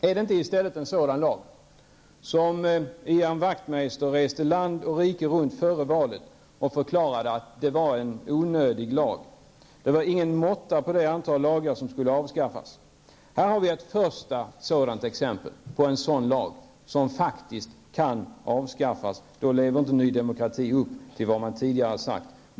Är inte det här en sådan lag som Ian Wachtmeister före valet, när han reste land och rike runt, förklarade var onödig -- det var då ingen måtta på det antal lagar som skulle avskaffas. Här har vi ett första exempel på en lag som faktiskt kan avskaffas. Då lever Ny Demokrati inte upp till vad man tidigare sagt.